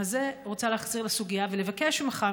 אני רוצה להחזיר לסוגיה ולבקש ממך,